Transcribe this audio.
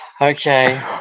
okay